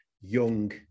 young